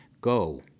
go